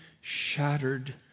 shattered